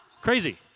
Crazy